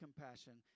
compassion